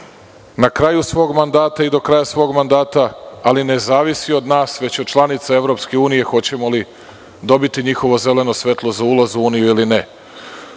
na kraju svog mandata i do kraja svog mandata, ali ne zavisi od nas već od članica EU hoćemo li dobiti njihovo zeleno svetlo za ulaz u uniju ili ne.